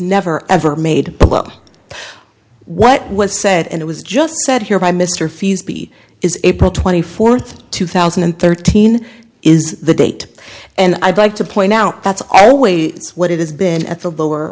never ever made what was said and it was just said here by mr fees b is april twenty fourth two thousand and thirteen is the date and i'd like to point out that's always what it has been at the lower